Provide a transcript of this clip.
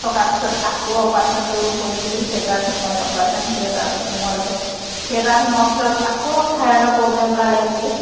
থকাৰ পিছত আকৌ অপাৰেচনটো কৰিম বুলি থিয়েটাৰত সোমোৱালে অপাৰেচন থিয়েটাৰত সোমোৱালে থিয়েটাৰত সোমোৱাৰ পিছত আকৌ থাইৰডৰ প্ৰবলেম ওলালে বুলি